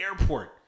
airport